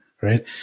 right